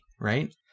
Right